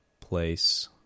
place